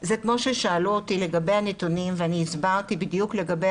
זה כמו ששאלו אותי לגבי הנתונים ואני הסברתי בדיוק לגבי